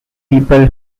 people